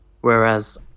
Whereas